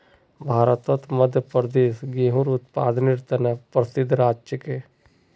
भारतत मध्य प्रदेश गेहूंर उत्पादनेर त न प्रसिद्ध राज्य छिके